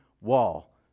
wall